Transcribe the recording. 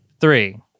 three